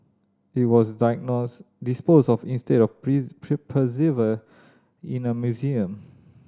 it was disposed of instead of preserved in a museum